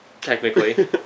Technically